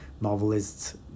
novelists